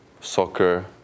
soccer